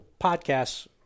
podcasts